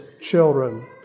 children